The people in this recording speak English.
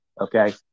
Okay